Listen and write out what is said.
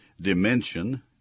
Dimension